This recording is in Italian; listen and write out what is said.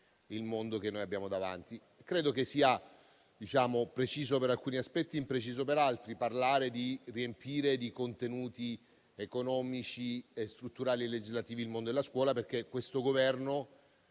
il mondo che abbiamo davanti. Credo che sia preciso per alcuni aspetti e impreciso per altri parlare di riempire di contenuti economici e strutturali legislativi il mondo della scuola. Questo Governo